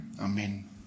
Amen